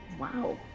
wow.